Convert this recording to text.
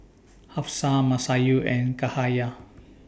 Hafsa Masayu and Cahaya